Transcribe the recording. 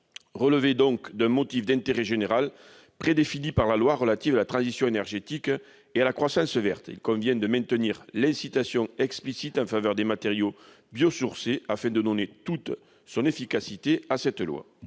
relevait donc d'un motif d'intérêt général prédéfini par la loi relative à la transition énergétique pour la croissance verte. Il convient de maintenir l'incitation explicite en faveur des matériaux biosourcés, afin de donner toute son efficacité à la future loi.